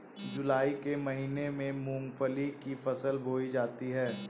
जूलाई के महीने में मूंगफली की फसल बोई जाती है